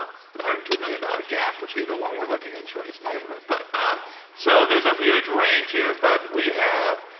hundred and two million dollars gap would be the one we're looking at choice neighborhood. but so there's a huge range here. but we have